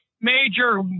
major